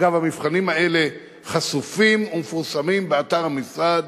אגב, המבחנים האלה חשופים ומפורסמים באתר המשרד,